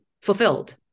fulfilled